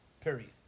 Period